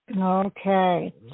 Okay